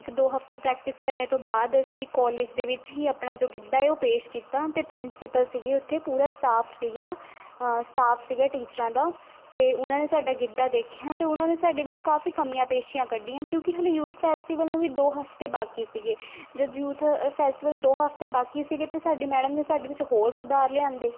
ਇੱਕ ਦੋ ਹਫਤਾ ਪ੍ਰੈਕਟਿਸ ਕਰਨ ਤੋਂ ਬਾਅਦ ਅਸੀਂ ਕਾਲਜ ਦੇ ਵਿੱਚ ਹੀ ਆਪਣਾ ਜੋ ਗਿੱਧਾ ਹੈ ਉਹ ਪੇਸ਼ ਕੀਤਾ ਅਤੇ ਪ੍ਰਿੰਸੀਪਲ ਸੀਗੀ ਉੱਥੇ ਪੂਰਾ ਸਟਾਫ ਸੀਗਾ ਸਟਾਫ ਸੀਗਾ ਟੀਚਰਾਂ ਦਾ ਅਤੇ ਉਹਨਾਂ ਨੇ ਸਾਡਾ ਗਿੱਧਾ ਦੇਖਿਆ ਅਤੇ ਉਹਨਾਂ ਨੇ ਸਾਡੇ ਵਿੱਚ ਕਾਫੀ ਕਮੀਆਂ ਪੇਸ਼ੀਆਂ ਕੱਢੀਆਂ ਕਿਉਂਕਿ ਹਾਲੇ ਯੂਥ ਫੈਸਟੀਵਲ ਨੂੰ ਵੀ ਦੋ ਹਫਤੇ ਬਾਕੀ ਸੀਗੇ ਜਾ ਯੂਥ ਫੈਸਟੀਵਲ ਦੋ ਹਫਤੇ ਬਾਕੀ ਸੀਗੇ ਅਤੇ ਸਾਡੀ ਮੈਡਮ ਨੇ ਸਾਡੇ ਵਿੱਚ ਹੋਰ ਸੁਧਾਰ ਲਿਆਉਂਦੇ